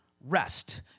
Rest